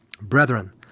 Brethren